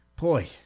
Boy